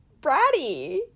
bratty